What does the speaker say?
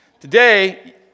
Today